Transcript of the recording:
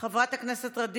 חבר הכנסת עידן רול,